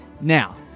Now